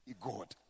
God